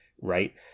Right